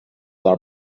are